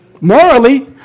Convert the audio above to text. morally